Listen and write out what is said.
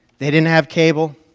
they didn't have cable,